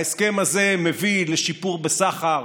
ההסכם הזה מביא לשיפור בסחר,